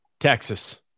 Texas